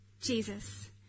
Jesus